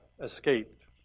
escaped